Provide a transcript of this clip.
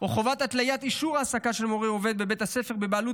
או חובת התליית אישור העסקה של מורה העובד בבית הספר בבעלות